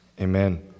amen